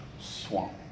swamp